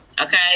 okay